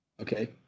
Okay